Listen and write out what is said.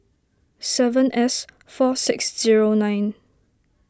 seven S four six zero nine